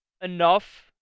enough